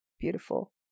Beautiful